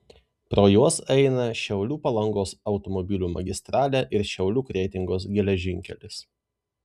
pro juos eina šiaulių palangos automobilių magistralė ir šiaulių kretingos geležinkelis